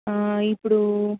ఇప్పుడు